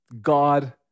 God